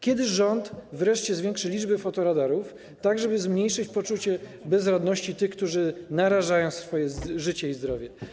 Kiedy rząd wreszcie zwiększy liczbę fotoradarów, tak żeby zmniejszyć poczucie bezradności tych, którzy narażają swoje życie i zdrowie?